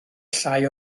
llai